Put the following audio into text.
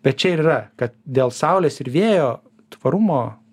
bet čia ir yra kad dėl saulės ir vėjo tvarumo